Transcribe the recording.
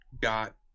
got